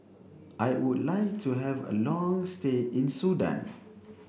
I would like to have a long stay in Sudan